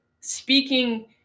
speaking